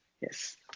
Yes